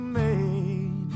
made